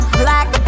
black